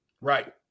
right